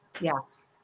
Yes